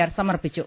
R സമർപ്പിച്ചു